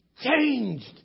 changed